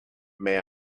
may